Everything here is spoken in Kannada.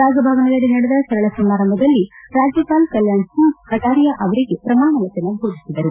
ರಾಜಭವನದಲ್ಲಿ ನಡೆದ ಸರಳ ಸಮಾರಂಭದಲ್ಲಿ ರಾಜ್ಯಪಾಲ ಕಲ್ಲಾಣ್ ಸಿಂಗ್ ಕಟಾರಿಯಾ ಅವರಿಗೆ ಪ್ರಮಾಣವಚನ ಬೋಧಿಸಿದರು